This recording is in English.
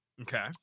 Okay